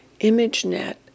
ImageNet